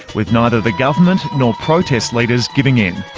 with neither the government nor protest leaders giving in.